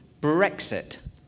Brexit